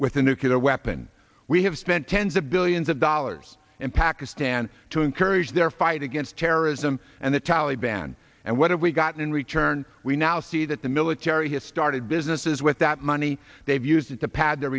with a nuclear weapon we have spent tens of billions of dollars in pakistan to encourage their fight against terrorism and the taliban and what have we gotten in return we now see that the military has started businesses with that money they've used it to pad their